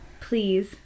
please